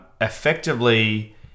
Effectively